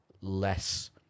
less